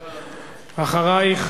אחרייך,